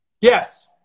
Yes